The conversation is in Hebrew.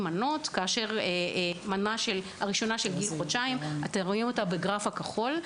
המנה הראשונה של גיל חודשיים מסומנת בכחול.